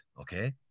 okay